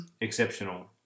exceptional